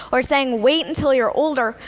or saying wait until you're older,